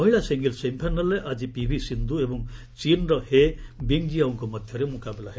ମହିଳା ସିଙ୍ଗଲ୍ୱ ସେମିଫାଇନାଲ୍ରେ ଆଜି ପିଭି ସିନ୍ଧୁ ଏବଂ ଚୀନ୍ର ହେ ବିଙ୍ଗ୍ଜିଆଓଙ୍କ ମଧ୍ୟରେ ମୁକାବିଲା ହେବ